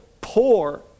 poor